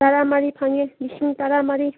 ꯇꯔꯥꯃꯔꯤ ꯐꯪꯉꯦ ꯂꯤꯁꯤꯡ ꯇꯔꯥꯃꯔꯤ